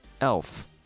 Elf